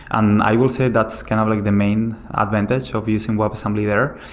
and i will say that's kind of like the main advantage of using webassembly there.